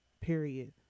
period